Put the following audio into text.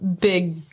big